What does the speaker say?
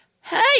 Hey